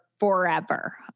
Forever